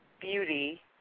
beauty